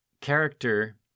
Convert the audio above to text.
character